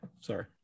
sorry